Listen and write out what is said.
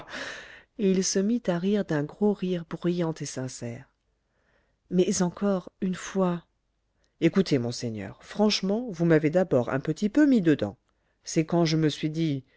et il se mit à rire d'un gros rire bruyant et sincère mais encore une fois écoutez monseigneur franchement vous m'avez d'abord un petit peu mis dedans c'est quand je me suis dit